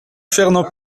fernand